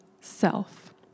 self